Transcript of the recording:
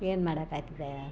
ಏನು ಮಾಡೋಕಾಯ್ತದೆ